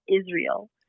Israel